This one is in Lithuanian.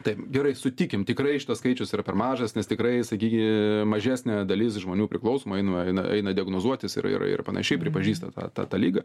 taip gerai sutikim tikrai šitas skaičius yra per mažas nes tikrai sakyki mažesnė dalis žmonių priklausomai eina eina eina diagnozuotis ir ir ir panašiai pripažįsta tą tą liga